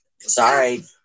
Sorry